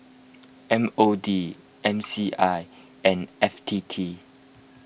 M O D M C I and F T T